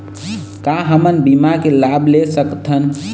का हमन बीमा के लाभ ले सकथन?